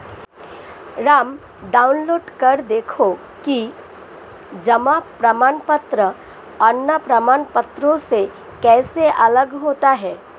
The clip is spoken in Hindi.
राम डाउनलोड कर देखो कि जमा प्रमाण पत्र अन्य प्रमाण पत्रों से कैसे अलग होता है?